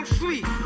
sweet